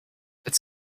its